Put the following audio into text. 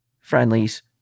friendlies